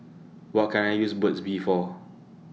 What Can I use Burt's Bee For